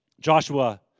Joshua